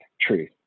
truth